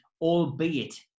albeit